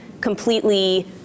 completely